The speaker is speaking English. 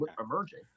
emerging